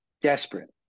desperate